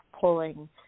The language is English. pulling